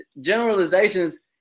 generalizations